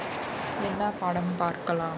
என்னா படம் பாக்கலாம்:ennaa padam paakalaam